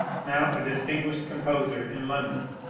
now a dis tinguished composer in london,